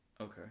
okay